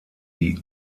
die